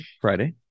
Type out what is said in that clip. Friday